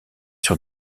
sur